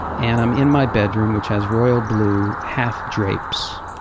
and i'm in my bedroom, which has royal blue half drapes.